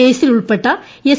കേസിൽ ഉൾപ്പെട്ട എസ്